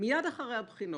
מייד אחרי הבחינות.